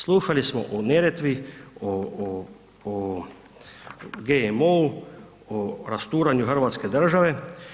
Slušali smo o Neretvi, o GMO-u, o rasturanju hrvatske države.